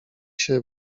się